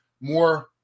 more